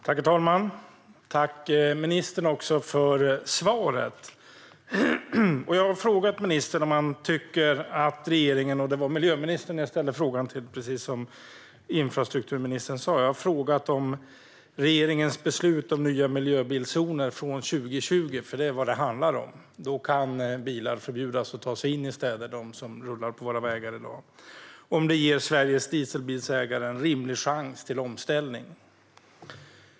Herr talman! Jag tackar ministern för svaret. Jag har frågat om regeringens beslut om nya miljözoner från 2020, då bilar som rullar på våra vägar kan förbjudas att köra in i städer, ger Sveriges dieselbilägare en rimlig chans till omställning.